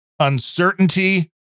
uncertainty